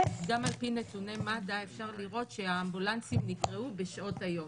גם על-פי נתוני מד"א אפשר לראות שהאמבולנסים נקראו בשעות היום.